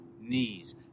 knees